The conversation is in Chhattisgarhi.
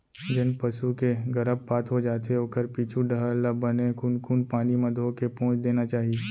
जेन पसू के गरभपात हो जाथे ओखर पीछू डहर ल बने कुनकुन पानी म धोके पोंछ देना चाही